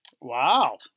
Wow